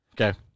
Okay